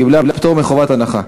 קיבלה פטור מחובת הנחה.